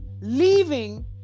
leaving